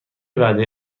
وعده